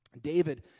David